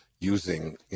using